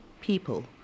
people